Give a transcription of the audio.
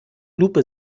lupe